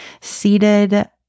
seated